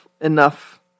enough